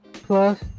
Plus